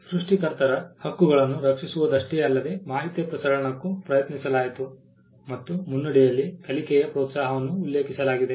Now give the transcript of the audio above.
ಸೃಷ್ಟಿಕರ್ತರ ಹಕ್ಕುಗಳನ್ನು ರಕ್ಷಿಸುವುದಷ್ಟೇ ಅಲ್ಲದೆ ಮಾಹಿತಿಯ ಪ್ರಸರಣಕ್ಕೂ ಪ್ರಯತ್ನಿಸಲಾಯಿತು ಮತ್ತು ಮುನ್ನುಡಿಯಲ್ಲಿ ಕಲಿಕೆಯ ಪ್ರೋತ್ಸಾಹವನ್ನು ಉಲ್ಲೇಖಿಸಲಾಗಿದೆ